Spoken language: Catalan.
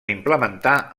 implementar